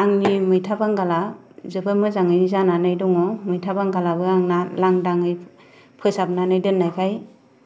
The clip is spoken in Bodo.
आंनि मैथा बांगाला जोबोद मोजाङैनो जानानै दङ मैथा बांगालाबो आंना लांदाङै फोसाबनानै दोननायखाय